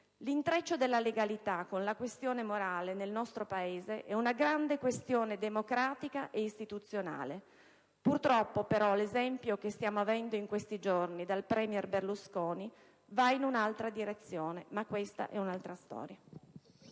L'intreccio della legalità con la questione morale nel nostro Paese è una grande questione democratica e istituzionale. Purtroppo, però, l'esempio che stiamo avendo in questi giorni dal premier Berlusconi va in una altra direzione. Ma questa è un'altra storia.